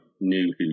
New